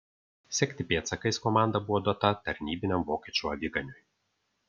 sekti pėdsakais komanda buvo duota tarnybiniam vokiečių aviganiui